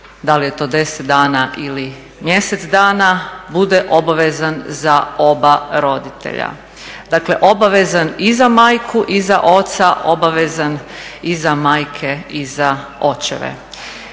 da li je to 10 dana ili mjesec dana bude obavezan za oba roditelja, dakle obavezan i za majku i za oca obavezan i za majke i za očeve.